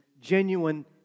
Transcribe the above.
genuine